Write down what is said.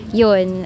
yun